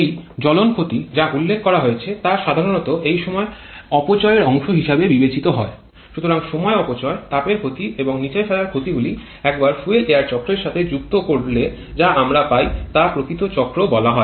এই জ্বলন ক্ষতি যা উল্লেখ করা হয়েছে তা সাধারণত এই সময়ের অপচয় এর অংশ হিসাবে বিবেচিত হয় সুতরাং সময় অপচয় তাপের ক্ষতি এবং নিচে ফেলার ক্ষতিগুলি একবার ফুয়েল এয়ার চক্রের সাথে যুক্ত করলে যা আমরা পাই তা প্রকৃত চক্র বলা হয়